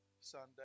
Sunday